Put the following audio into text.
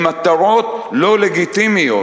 למטרות לא לגיטימיות.